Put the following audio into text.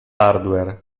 hardware